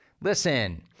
Listen